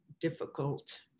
difficult